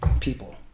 people